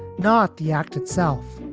not the act itself.